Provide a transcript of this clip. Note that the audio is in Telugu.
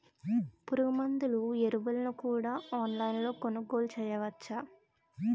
పురుగుమందులు ఎరువులను కూడా ఆన్లైన్ లొ కొనుగోలు చేయవచ్చా?